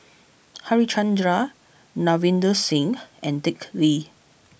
Harichandra Ravinder Singh and Dick Lee